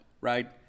right